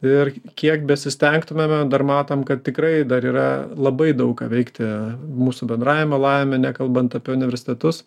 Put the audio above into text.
ir kiek besistengtumėme dar matom kad tikrai dar yra labai daug ką veikti mūsų bendravimo lavinime nekalbant apie universitetus